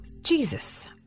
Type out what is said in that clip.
jesus